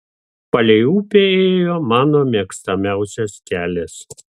palei upę ėjo mano mėgstamiausias kelias